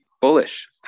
bullish